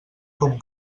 com